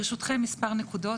ברשותכם מספר נקודות,